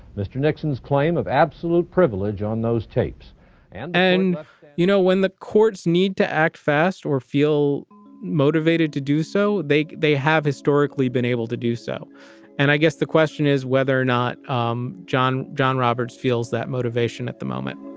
mr. nixon's claim of absolute privilege on those tapes and and, you know, when the courts need to act fast or feel motivated to do so, they they have historically been able to do so and i guess the question is whether or not um john john roberts feels that motivation at the moment